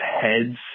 heads